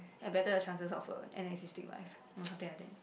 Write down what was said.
ya better the chances of a an existing life or something like that